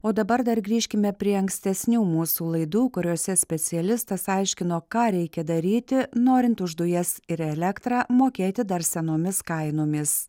o dabar dar grįžkime prie ankstesnių mūsų laidų kuriose specialistas aiškino ką reikia daryti norint už dujas ir elektrą mokėti dar senomis kainomis